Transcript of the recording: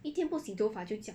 一天不洗头发就这样